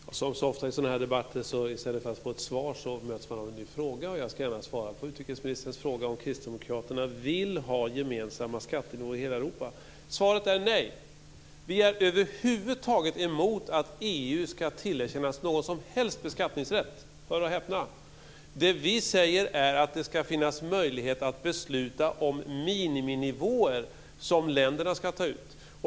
Fru talman! Som så ofta i sådan här debatter möts man en ny fråga i stället för att få ett svar. Jag ska gärna svara på utrikesministerns fråga om huruvida Kristdemokraterna vill ha gemensamma skatter för hela Europa. Svaret är nej. Vi är över huvud taget emot att EU ska tillerkännas någon som helst beskattningsrätt. Hör och häpna! Det vi säger är att det ska finnas möjlighet att besluta om miniminivåer som länderna ska ta ut.